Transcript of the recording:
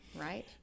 right